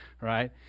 right